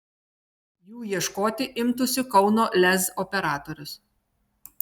jų ieškoti imtųsi kauno lez operatorius